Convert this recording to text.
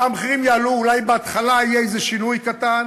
המחירים יעלו, אולי בהתחלה יהיה איזה שינוי קטן.